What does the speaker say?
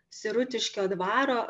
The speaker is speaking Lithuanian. sirutiškio dvaro